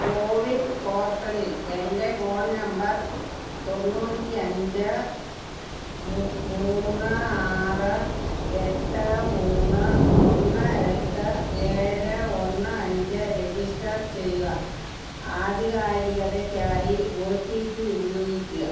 കോവിൻ പോർട്ടലിൽ എന്റെ phone number തൊണ്ണൂറ്റിയഞ്ച് മു മൂന്ന് ആറ് എട്ട് മൂന്ന് ഒന്ന് എട്ട് ഏഴ് ഒന്ന് അഞ്ച് രജിസ്റ്റർ ചെയ്യുക ആധികാരികതയ്ക്കായി ഒ ടി പി ഉപയോഗിക്കുക